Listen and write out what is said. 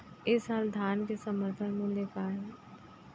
ए साल धान के समर्थन मूल्य का हे?